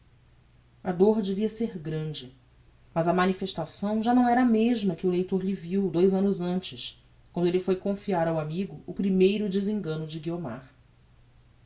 a dor devia ser grande mas a manifestação já não era a mesma que o leitor lhe viu dous annos antes quando elle foi confiar ao amigo o primeiro desengano de guiomar